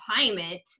climate